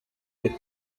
ibi